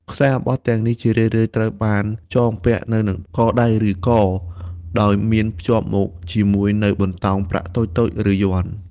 ខ្សែអំបោះទាំងនេះជារឿយៗត្រូវបានចងពាក់នៅនឹងកដៃ ឬ ក ដោយមានភ្ជាប់មកជាមួយនូវបន្តោងប្រាក់តូចៗ ឬយ័ន្ត។